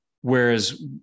whereas